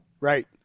Right